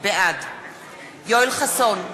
בעד יואל חסון,